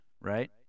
right